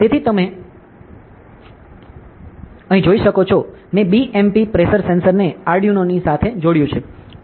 તેથી તમે અહીં જોઈ શકો છો મેં BMP પ્રેશર સેન્સરને આર્ડિનો થી જોડ્યું છે